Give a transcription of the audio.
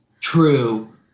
True